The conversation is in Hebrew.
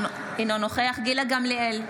אינו נוכח גילה גמליאל,